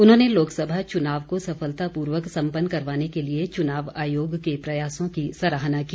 उन्होंने लोकसभा चुनाव को सफलतापूर्वक संपन्न करवाने के लिए चुनाव आयोग के प्रयासों की सराहना की